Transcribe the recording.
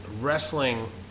wrestling